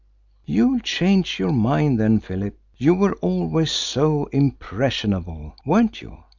you'll change your mind then, philip. you were always so impressionable, weren't you?